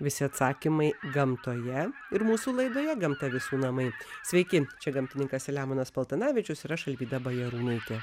visi atsakymai gamtoje ir mūsų laidoje gamta visų namai sveiki čia gamtininkas selemonas paltanavičius ir aš alvyda bajarūnaitė